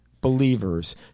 believers